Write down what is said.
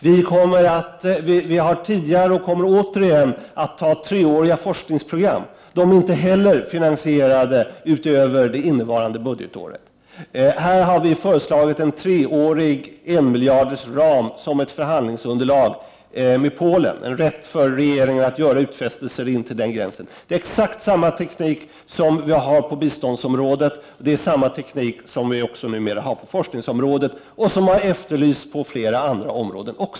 Vi har tidigare haft och kommer igen att ha treåriga forskningsprogram. De är inte heller finansierade utöver det innevarande budgetåret. Här har vi föreslagit 1 miljard under tre år som ett förhandlingsunderlag med Polen — en rätt för regeringen att göra utfästelser intill den gränsen. Det är exakt samma teknik som vi har på biståndsområdet. Det är samma teknik som vi numera också använder på forskningsområdet och som vi efterlyser på flera andra områden.